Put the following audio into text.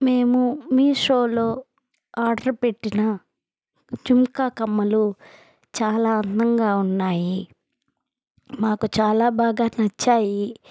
మేము మీషోలో ఆర్డర్ పెట్టిన జుంకా కమ్మలు చాలా అందంగా ఉన్నాయి మాకు చాలా బాగా నచ్చాయి